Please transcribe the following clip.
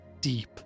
deep